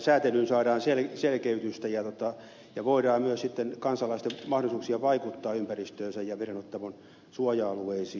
säätelyyn saadaan selkeytystä ja voidaan myös sitten parantaa kansalaisten mahdollisuuksia vaikuttaa ympäristöönsä ja vedenottamon suoja alueisiin